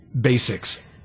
basics